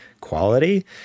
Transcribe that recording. quality